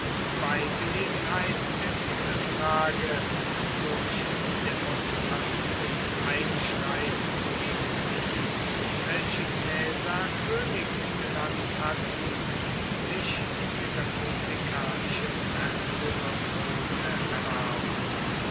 bei gelegenheit der titelfrage durch demonstratives einschreiten gegen die welche caesar könig genannt hatten sich die republikanische märtyrerkrone erwarben